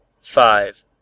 five